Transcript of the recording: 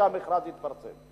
שבו המכרז התפרסם.